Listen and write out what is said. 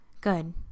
Good